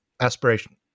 aspiration